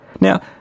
Now